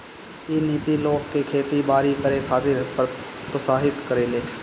इ नीति लोग के खेती बारी करे खातिर प्रोत्साहित करेले